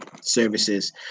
services